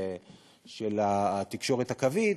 של התקשורת הקווית,